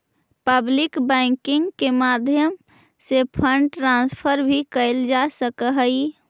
public banking के माध्यम से फंड ट्रांसफर भी कैल जा सकऽ हइ